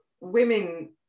women